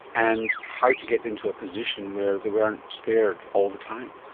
and how to get into a position where they weren't scared all the time.